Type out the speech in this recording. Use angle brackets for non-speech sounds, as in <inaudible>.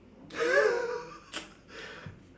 <laughs>